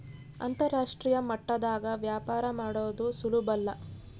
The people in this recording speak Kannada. ಅಂತರಾಷ್ಟ್ರೀಯ ಮಟ್ಟದಾಗ ವ್ಯಾಪಾರ ಮಾಡದು ಸುಲುಬಲ್ಲ